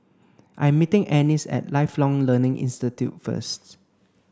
I'm meeting Annis at Lifelong Learning Institute first